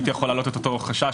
הייתי יכול להעלות את אותו חשש,